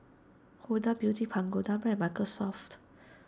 Huda Beauty Pagoda Brand and Microsoft